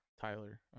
Tyler